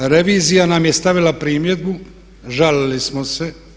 Revizija nam je stavila primjedbu, žalili smo se.